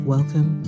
Welcome